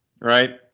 right